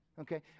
Okay